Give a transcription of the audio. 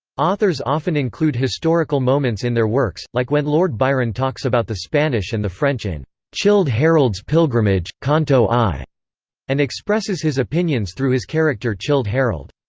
authors often include historical moments in their works, like when lord byron talks about the spanish and the french in childe harold's pilgrimage canto i and expresses his opinions through his character childe harold.